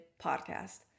podcast